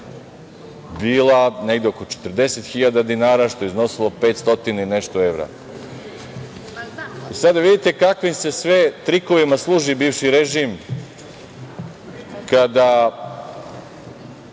bila negde oko 40.000 dinara, što je iznosilo 500 i nešto evra. Sada vidite kakvim se sve trikovima služi bivši režim kada